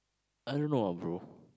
I don't know ah bro